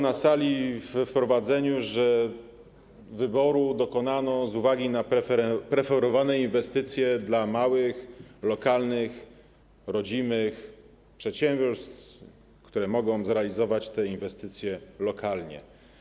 Na sali we wprowadzeniu padły słowa, że wyboru dokonano z uwagi na preferowane inwestycje dla małych, lokalnych, rodzimych przedsiębiorstw, które mogą zrealizować te inwestycje lokalnie.